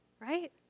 right